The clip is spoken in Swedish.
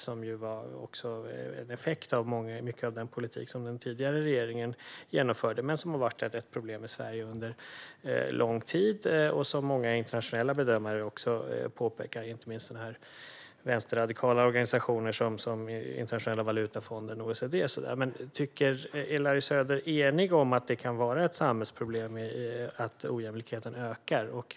Den är ju en effekt av mycket av den politik som den tidigare regeringen genomförde, men den har varit ett problem i Sverige under lång tid. Många internationella bedömare påpekar också detta, inte minst vänsterradikala organisationer som Internationella valutafonden och OECD. Är Larry Söder enig med dem om att ökningen av ojämlikheten kan utgöra ett samhällsproblem?